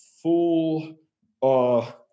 full